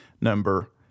number